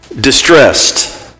distressed